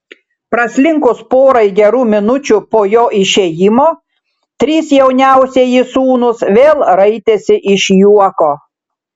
praslinkus porai gerų minučių po jo išėjimo trys jauniausieji sūnūs vėl raitėsi iš juoko